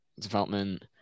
Development